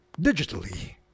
digitally